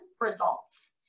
results